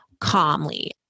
calmly